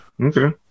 Okay